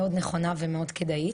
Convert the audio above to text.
מאוד נכונה ומאוד כדאית.